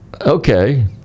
Okay